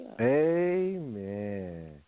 Amen